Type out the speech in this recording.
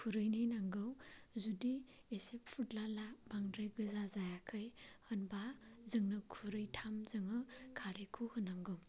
खुरैनै नांगौ जुदि एसे फुथलाला बांद्राय गोजा जायाखै होनबा जोङो खुरैथाम जोङो खारैखौ होनांगौ